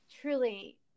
Truly